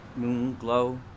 Moonglow